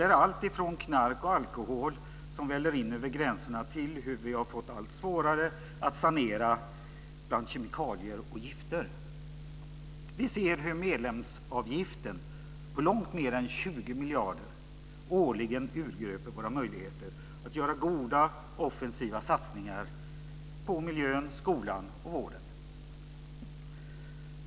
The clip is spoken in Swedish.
Det gäller från hur knark och alkohol väller in över gränserna till hur vi har fått allt svårare att sanera bland kemikalier och gifter. 3. Vi ser hur medlemsavgiften på långt mer än 20 miljarder kronor årligen urgröper våra möjligheter att göra goda och offensiva satsningar på miljön, skolan och vården.